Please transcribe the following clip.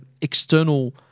external